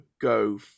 go